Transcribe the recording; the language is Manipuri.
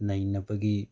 ꯅꯩꯅꯕꯒꯤ